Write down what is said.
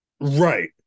right